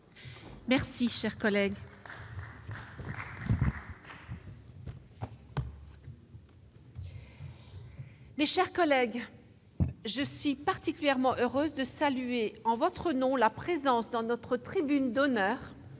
et le législatif. Mes chers collègues, je suis particulièrement heureuse de saluer, en votre nom, la présence dans notre tribune d'honneur